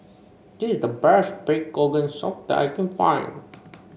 this is the best Pig's Organ Soup that I can find